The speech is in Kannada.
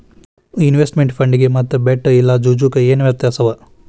ಇನ್ವೆಸ್ಟಮೆಂಟ್ ಫಂಡಿಗೆ ಮತ್ತ ಬೆಟ್ ಇಲ್ಲಾ ಜೂಜು ಕ ಏನ್ ವ್ಯತ್ಯಾಸವ?